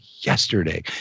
yesterday